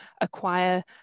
acquire